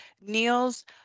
Niels